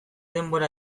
denbora